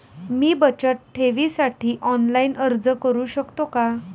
मी बचत ठेवीसाठी ऑनलाइन अर्ज करू शकतो का?